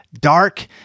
Dark